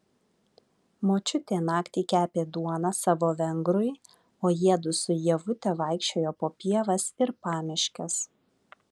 močiutė naktį kepė duoną savo vengrui o jiedu su ievute vaikščiojo po pievas ir pamiškes